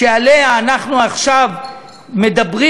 שעליה אנחנו עכשיו מדברים,